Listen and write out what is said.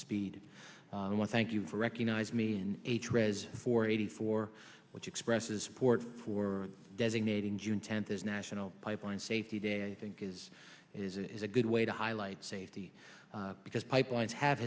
speed one thank you for recognizing me in a four eighty four which expresses support for designating june tenth as national pipeline safety day i think is is a good way to highlight safety because pipelines ha